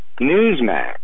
Newsmax